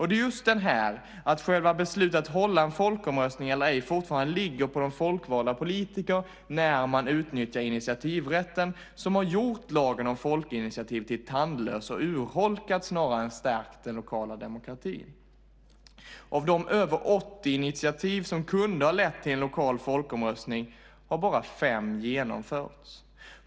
Det är just det här - att själva beslutet att hålla en folkomröstning eller ej fortfarande ligger på de folkvalda politikerna när man utnyttjar initiativrätten - som har gjort lagen om folkinitiativ till tandlös och urholkad snarare än att den har stärkt den lokala demokratin. Av de över 80 initiativ som kunde ha lett till en lokal folkomröstning har bara fem genomförts.